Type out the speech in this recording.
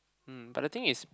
um but the thing is